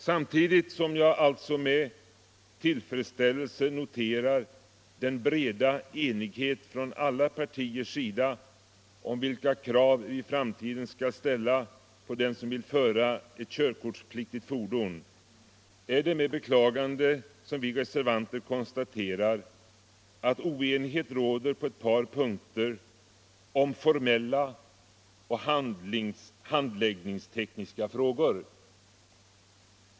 Samtidigt som jag alltså med tillfredsställelse noterar den breda enigheten från alla partiers sida om vilka krav vi i framtiden skall ställa på dem som vill föra körkortspliktigt fordon är det med beklagande som vi reservanter konstaterar att oenighet råder på ett par punkter om formella och handläggningstekniska frågor.